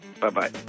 Bye-bye